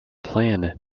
plan